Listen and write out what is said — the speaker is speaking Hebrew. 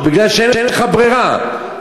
בגלל שאין לך ברירה,